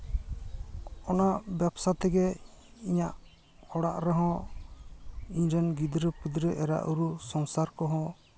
ᱚᱱᱟ ᱵᱮᱵᱽᱥᱟ ᱛᱮᱜᱮ ᱤᱧᱟᱹᱜ ᱚᱲᱟᱜ ᱨᱮᱦᱚᱸ ᱤᱧ ᱨᱮᱱ ᱜᱤᱫᱽᱨᱟᱹᱼᱯᱤᱫᱽᱨᱟᱹ ᱮᱨᱟᱼᱩᱨᱩ ᱥᱚᱝᱥᱟᱨ ᱠᱚᱦᱚᱸ